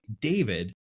David